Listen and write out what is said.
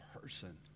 person